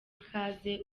ikaze